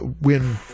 win